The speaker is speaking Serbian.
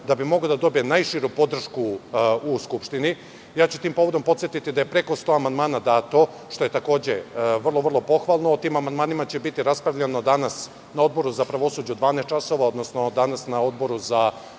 da bi mogao da dobije najširu podršku u Skupštini. Ja ću tim povodom podsetiti da je preko 100 amandmana dato, što je takođe vrlo pohvalno. O tim amandmanima će biti raspravljano danas na Odboru za pravosuđe u 12,00 časova, odnosno na Odboru za